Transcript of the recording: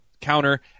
counter